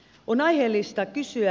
on aiheellista kysyä